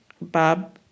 Bob